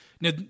Now